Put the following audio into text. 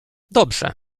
dobrze